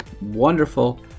wonderful